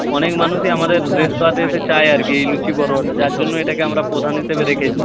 অনেক মানুষই আমাদের রেস্তোরাঁতে এসে চায় আর কি এই লুচি পরোটাটা যার জন্য এটাকে আমরা প্রধান হিসেবে রেখেছি